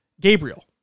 Gabriel